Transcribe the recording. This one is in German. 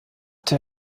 der